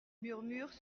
murmures